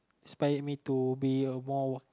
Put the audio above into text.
inspire me to be a more work